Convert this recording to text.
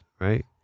right